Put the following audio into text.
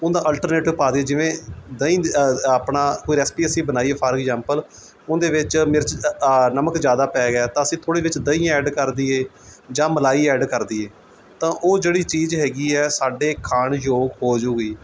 ਉਹਦਾ ਅਲਟਰਨੇਟਿਵ ਪਾ ਦੇਈਏ ਜਿਵੇਂ ਦਹੀਂ ਆਪਣਾ ਕੋਈ ਰੈਸਪੀ ਅਸੀਂ ਬਣਾਈ ਫਾਰ ਇਗਜ਼ੈਮਪਲ ਉਹਦੇ ਵਿੱਚ ਮਿਰਚ ਨਮਕ ਜ਼ਿਆਦਾ ਪੈ ਗਿਆ ਤਾਂ ਅਸੀਂ ਥੋੜ੍ਹੀ ਵਿੱਚ ਦਹੀਂ ਐਡ ਕਰ ਦਈਏ ਜਾਂ ਮਲਾਈ ਐਡ ਕਰ ਦਈਏ ਤਾਂ ਉਹ ਜਿਹੜੀ ਚੀਜ਼ ਹੈਗੀ ਹੈ ਸਾਡੇ ਖਾਣਯੋਗ ਹੋਜੂਗੀ